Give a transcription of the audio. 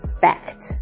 fact